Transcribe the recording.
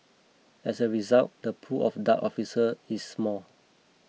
as a result the pool of Dart officer is small